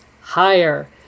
higher